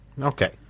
okay